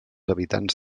habitants